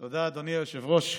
תודה, אדוני היושב-ראש.